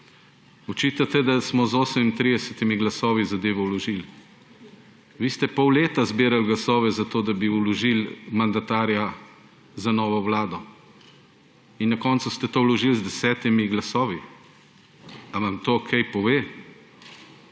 Očitate, da smo z 38 glasovi zadevo vložili. Vi ste pol leta zbirali glasove za to, da bi vložil mandatarja za novo vlado in na koncu ste to vložil z 10 glasovi. Ali vam to kaj pove?